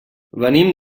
venim